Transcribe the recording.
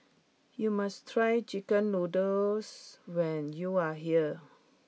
you must try Chicken Noodles when you are here